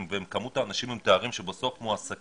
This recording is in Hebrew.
עם תארים ומספר האנשים עם תארים שבסוף מועסקים,